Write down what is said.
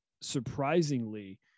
Surprisingly